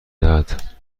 دهد